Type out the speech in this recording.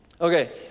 Okay